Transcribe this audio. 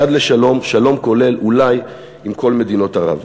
יד לשלום, שלום כולל, אולי, עם כל מדינות ערב.